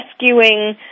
rescuing